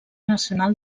nacional